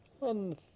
on